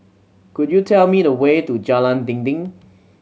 could you tell me the way to Jalan Dinding